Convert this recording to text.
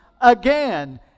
again